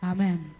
Amen